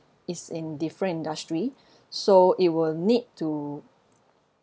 is in different industry so it will need to